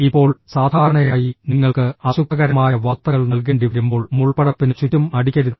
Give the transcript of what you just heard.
ഇപ്പോൾ സാധാരണയായി നിങ്ങൾക്ക് അസുഖകരമായ വാർത്തകൾ നൽകേണ്ടിവരുമ്പോൾ മുൾപടർപ്പിന് ചുറ്റും അടിക്കരുത്